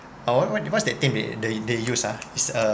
uh what what what's the term they used uh it's uh